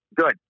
Good